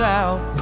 out